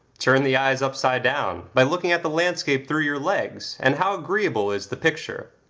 turn the eyes upside down, by looking at the landscape through your legs, and how agreeable is the picture,